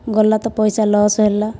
ଗଲା ତ ପଇସା ଲସ୍ ହେଲା